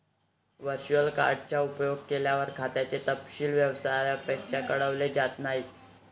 virtual card चा उपयोग केल्यावर, खात्याचे तपशील व्यापाऱ्याला कळवले जात नाहीत